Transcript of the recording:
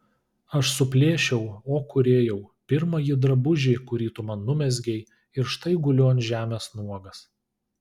aš suplėšiau o kūrėjau pirmąjį drabužį kurį tu man numezgei iš štai guliu ant žemės nuogas